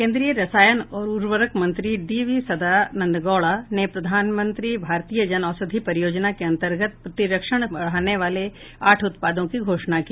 केन्द्रीय रसायन और उर्वरक मंत्री डी वी सदानंद गौडा ने प्रधानमंत्री भारतीय जन औषधि परियोजना के अंतर्गत प्रतिरक्षण बढाने वाले आठ उत्पादों की घोषणा की